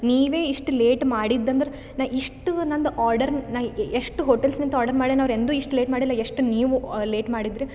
ನೀವೇ ಇಷ್ಟು ಲೇಟ್ ಮಾಡಿದಂದ್ರೆ ನಾ ಇಷ್ಟು ನಂದು ಆರ್ಡರ್ ನಾ ಎಷ್ಟು ಹೋಟೆಲ್ಸ್ ನಿಂದ ಆರ್ಡರ್ ಮಾಡ್ಯಾನ ಅವ್ರು ಎಂದು ಇಷ್ಟು ಲೇಟ್ ಮಾಡಿಲ್ ಎಷ್ಟು ನೀವು ಲೇಟ್ ಮಾಡಿದ್ರಿ